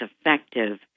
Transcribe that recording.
effective